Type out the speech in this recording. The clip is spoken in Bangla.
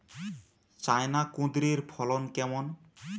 চায়না কুঁদরীর ফলন কেমন?